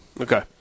Okay